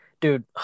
dude